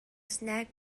snack